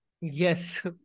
Yes